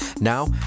Now